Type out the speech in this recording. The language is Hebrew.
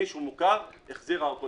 אם זה היה מישהו מוכר היא החזירה אותו לישראל,